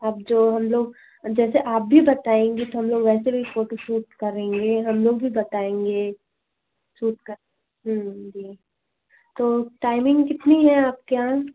अब जो हम लोग जैसे आप भी बताऍंगी तो हम लोग वैसे भी फोटोशूट करेंगे हम लोग भी बताएँगे शूट का जी तो टाइमिंग कितनी है आपके यहाँ